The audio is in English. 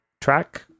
track